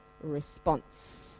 response